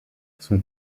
son